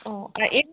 ও আর এমনি